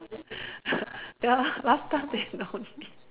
ya lah last time they don't